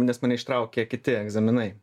nes mane ištraukė kiti egzaminai